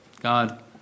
God